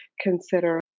consider